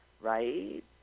right